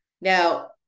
Now